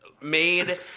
made